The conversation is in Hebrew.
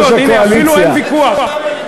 בעיניך, העובדות בעיניך.